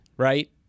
right